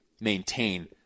maintain